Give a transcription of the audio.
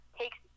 takes